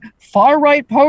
far-right